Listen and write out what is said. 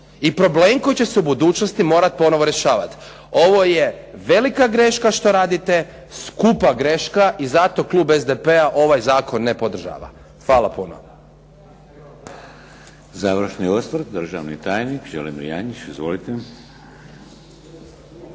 i problem koji će se u budućnosti morati ponovno rješavati. Ovo je velika greška što radite, skupa greška i zato klub SDP-a ovaj zakon ne podržava. Hvala puno.